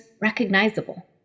recognizable